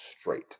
straight